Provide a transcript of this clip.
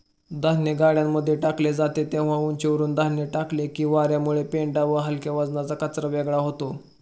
धान्य गाड्यांमध्ये टाकले जाते तेव्हा उंचीवरुन धान्य टाकले की वार्यामुळे पेंढा व हलक्या वजनाचा कचरा वेगळा होतो